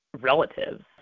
relatives